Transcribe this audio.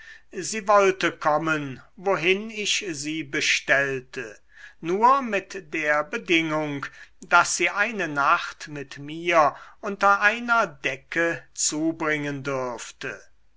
sie wollte kommen wohin ich sie bestellte nur mit der bedingung daß sie eine nacht mit mir unter einer decke zubringen dürfte